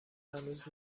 هنوز